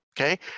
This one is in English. Okay